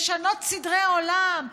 לשנות סדרי עולם,